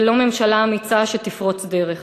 ולא ממשלה אמיצה שתפרוץ דרך.